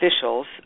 officials